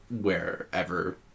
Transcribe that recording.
wherever